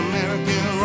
American